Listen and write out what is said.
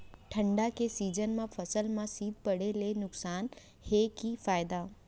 ठंडा के सीजन मा फसल मा शीत पड़े के नुकसान हे कि फायदा?